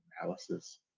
analysis